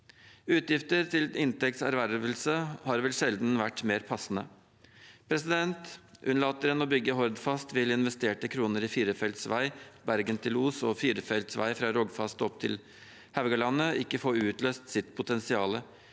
utgifter til inntekts ervervelse har vel sjelden vært mer passende. Unnlater en å bygge Hordfast, vil investerte kroner i firefelts vei fra Bergen til Os og firefelts vei fra Rogfast opp til Haugalandet ikke få utløst sitt potensial.